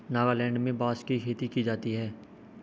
नागालैंड में बांस की खेती की जाती है